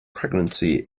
pregnancy